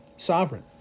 Sovereign